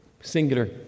singular